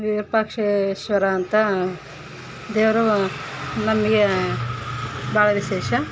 ವಿರೂಪಾಕ್ಷೇಶ್ವರ ಅಂತ ದೇವರು ನಮಗೆ ಭಾಳ ವಿಶೇಷ